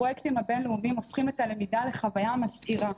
הפרויקטים הבין-לאומיים הופכים את הלמידה לחוויה מסעירה,